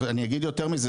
אני אגיד יותר מזה,